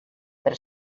per